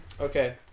Okay